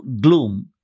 gloom